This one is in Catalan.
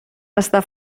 està